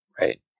Right